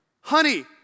Honey